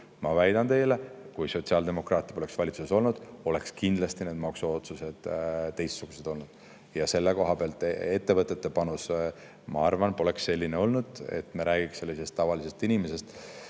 Ma väidan teile, et kui sotsiaaldemokraate poleks valitsuses olnud, oleks need maksuotsused kindlasti teistsugused olnud, ja selle koha pealt ettevõtete panus, ma arvan, poleks selline olnud, vaid me räägiks eelkõige sellisest tavalisest inimesest.